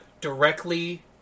directly